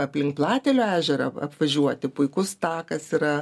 aplink platelių ežerą ap apvažiuoti puikus takas yra